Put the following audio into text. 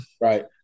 right